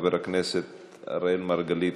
חבר הכנסת אראל מרגלית,